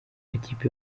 amakipe